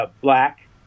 black